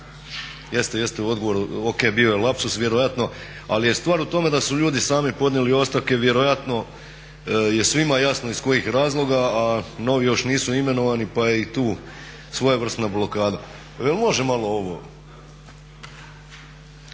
Jeste, jeste u odgovoru. Ok bio je lapsus vjerojatno ali je stvar u tome da su ljudi sami podnijeli ostavke vjerojatno je svima jasno iz kojih razloga, a novi još nisu imenovani pa je i tu svojevrsna blokada. Kolega